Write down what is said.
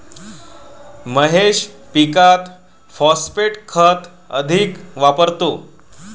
महेश पीकात फॉस्फेट खत अधिक वापरतो